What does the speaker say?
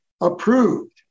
approved